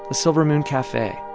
the silver moon cafe.